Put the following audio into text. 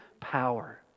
power